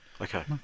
Okay